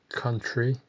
country